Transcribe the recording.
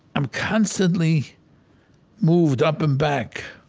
am constantly moved up and back.